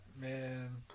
man